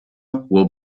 will